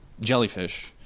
jellyfish